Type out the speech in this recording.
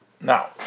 Now